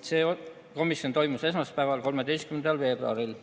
Istung toimus esmaspäeval, 13. veebruaril.